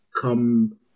come